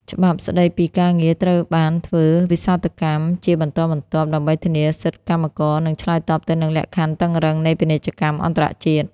ច្បាប់ស្ដីពីការងារត្រូវបានធ្វើវិសោធនកម្មជាបន្តបន្ទាប់ ដើម្បីធានាសិទ្ធិកម្មករ និងឆ្លើយតបទៅនឹងលក្ខខណ្ឌតឹងរ៉ឹងនៃពាណិជ្ជកម្មអន្តរជាតិ។